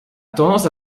tendance